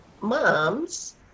mom's